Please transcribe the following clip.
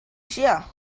shea